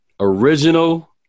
Original